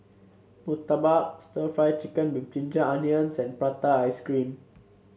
Murtabak stir Fry Chicken with Ginger Onions and Prata Ice Cream